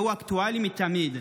והוא אקטואלי מתמיד.